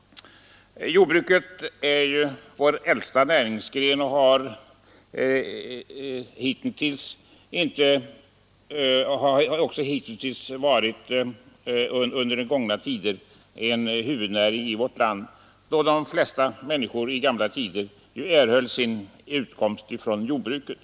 Jordbruket är vår äldsta näringsgren och har tidigare under långa epoker utgjort huvudnäringen i vårt land, då de flesta människor i gamla tider erhöll sin utkomst från jordbruket.